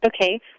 Okay